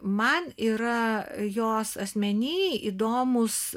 man yra jos asmeny įdomūs